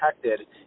protected